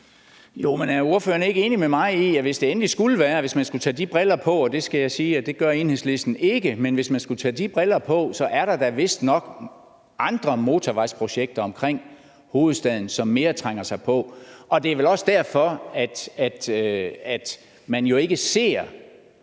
Jo, men er ordføreren ikke enig med mig i, at hvis det endelig skulle være, og hvis man skulle tage de briller på, og det skal jeg sige Enhedslisten ikke gør, men hvis man skulle gøre det, er der da vistnok andre motorvejsprojekter omkring hovedstaden, som mere trænger sig på. Det er vel også derfor, at man ikke ser